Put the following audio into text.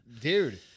Dude